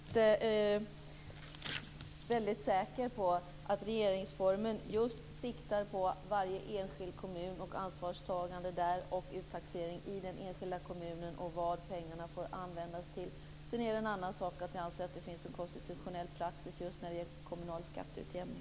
Fru talman! Jag är faktiskt väldigt säker på att regeringsformen just siktar på varje enskild kommun, ansvarstagande där och uttaxering i den enskilda kommunen samt vad pengarna får användas till. Sedan är det en annan sak att jag anser att det finns en konstitutionell praxis just när det gäller kommunal skatteutjämning.